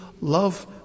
love